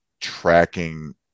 tracking